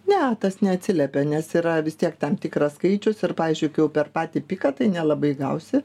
ne tas neatsiliepia nes yra vis tiek tam tikras skaičius ir pavyzdžiui kai jau per patį piką tai nelabai gausi